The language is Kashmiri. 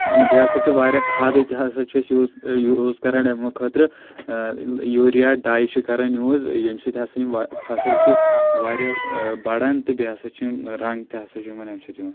بیٚیہِ ہسا چھِ واریاہ کھادٕ تہِ ہسا چھِ أسۍ یوٗز یوٗز کران یِمو خٲطرٕ یوٗریا ڈاے چھِ کران یوٗز ییٚمہِ سۭتۍ ہسا یِم فصٕل چھِ واریاہ بڑان تہٕ بیٚیہِ ہسا چھِ یِم رنٛگ تہِ ہسا چھُ یِمن اَمہِ سۭتۍ یِوان